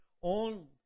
on